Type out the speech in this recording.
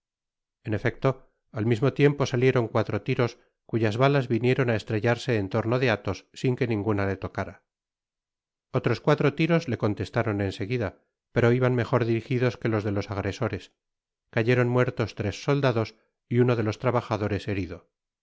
en efecto al mismo tiempo salieron cuatro tiros cuyas balas vinieron á estrellarse en torno de athos sin que ninguna le tocára otros cuatro tiros le contestaron en seguida pero iban mejor dirigidos que los de los agresores cayeron muertos tres soldados y uno de los trabajadores herido